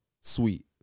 sweet